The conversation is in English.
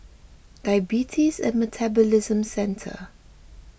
Diabetes and Metabolism Centre